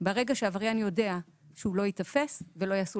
ברגע שעבריין יודע שהוא לא ייתפס ולא יעשו